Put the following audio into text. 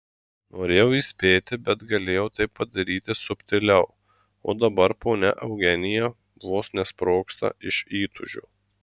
norėjau įspėti bet galėjau tai padaryti subtiliau o dabar ponia eugenija vos nesprogsta iš įtūžio